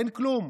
אין כלום.